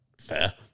Fair